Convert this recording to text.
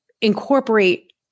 incorporate